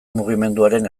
mugimenduaren